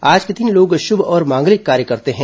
आज के दिन लोग शुभ और मांगलिक कार्य करते हैं